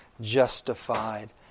justified